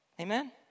Amen